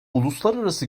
uluslararası